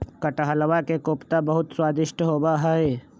कटहलवा के कोफ्ता बहुत स्वादिष्ट होबा हई